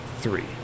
Three